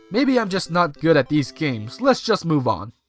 maybe i'm just not good at these games. let's just move on.